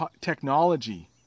technology